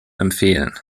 empfehlen